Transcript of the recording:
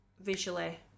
visually